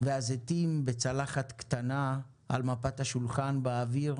והזיתים בצלחת קטנה על מפת השולחן באוויר,